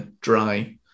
dry